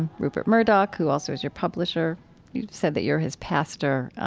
and rupert murdoch, who also is your publisher. he said that you're his pastor.